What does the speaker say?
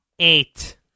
Eight